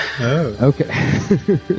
Okay